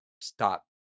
stop